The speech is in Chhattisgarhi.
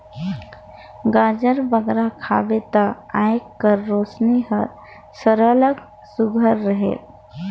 गाजर बगरा खाबे ता आँएख कर रोसनी हर सरलग सुग्घर रहेल